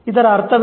ಇದರ ಅರ್ಥವೇನು